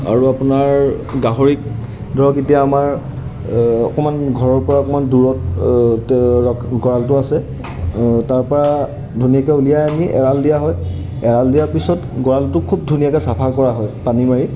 আৰু আপোনাৰ গাহৰিক ধৰক এতিয়া আমাৰ অকণমান ঘৰৰপৰা অকমান দূৰত গঁৰালটো আছে তাৰপৰা ধুনীয়াকৈ উলিয়াই আনি এৰাল দিয়া হয় এৰাল দিয়াৰ পিছত গঁৰালটো খুব ধুনীয়াকৈ চাফা কৰা হয় পানী মাৰি